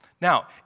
Now